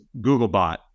Googlebot